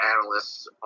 analysts